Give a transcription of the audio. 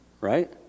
Right